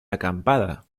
acampada